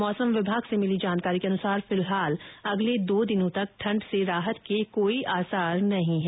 मौसम विभाग से मिली जानकारी के अनुसार फिलहाल अगले दो दिनों तक ठण्ड से राहत के आसार नहीं है